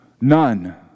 none